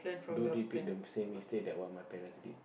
don't repeat them same mistake that one my parents did